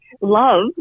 love